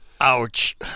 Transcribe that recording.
Ouch